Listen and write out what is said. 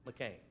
McCain